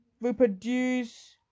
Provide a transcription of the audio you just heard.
reproduce